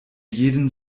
jeden